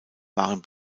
waren